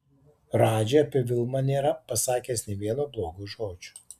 radži apie vilmą nėra pasakęs nė vieno blogo žodžio